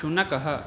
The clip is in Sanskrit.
शुनकः